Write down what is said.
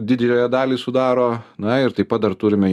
didžiąją dalį sudaro na ir taip pat dar turime